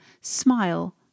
smile